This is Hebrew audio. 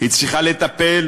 היא צריכה לטפל